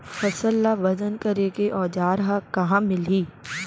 फसल ला वजन करे के औज़ार हा कहाँ मिलही?